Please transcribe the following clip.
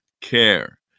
care